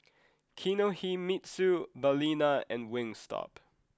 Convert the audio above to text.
Kinohimitsu Balina and Wingstop